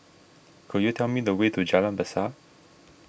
could you tell me the way to Jalan Besar